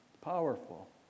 powerful